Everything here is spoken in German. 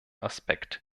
aspekt